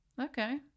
okay